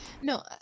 No